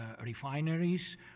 refineries